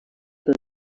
del